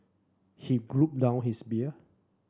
he down his beer